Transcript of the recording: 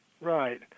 Right